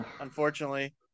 unfortunately